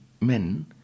men